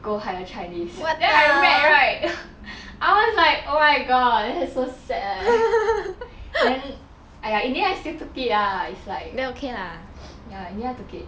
go higher chinese then I read right I was like oh my god that is so sad leh then !aiya! in the end I still took it lah it's like ya in the end I took it